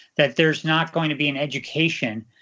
that there's not going to be an education,